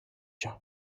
cha